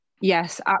Yes